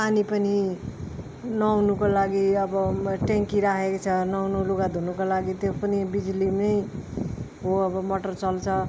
पानी पनि नुहाउनुको लागि अब ट्याङ्की राखेको छ नुहाउनु लुगा धुनुको लागि त्यो पनि बिजुलीमै हो अब मटर चल्छ